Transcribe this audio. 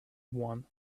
one